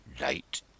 Late